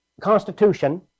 Constitution